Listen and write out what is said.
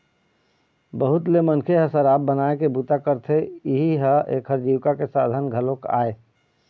बहुत ले मनखे ह शराब बनाए के बूता करथे, इहीं ह एखर जीविका के साधन घलोक आय